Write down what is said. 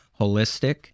holistic